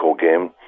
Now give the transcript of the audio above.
game